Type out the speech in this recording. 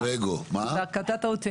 קטעת אותי,